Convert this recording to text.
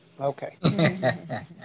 Okay